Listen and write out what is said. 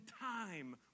time